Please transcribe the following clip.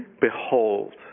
Behold